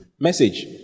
Message